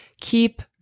keep